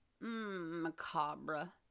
macabre